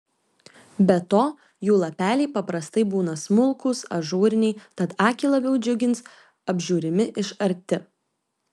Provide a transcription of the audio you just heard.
be to jų lapeliai paprastai būna smulkūs ažūriniai tad akį labiau džiugins apžiūrimi iš arti